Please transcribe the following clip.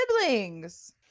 siblings